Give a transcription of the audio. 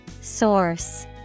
Source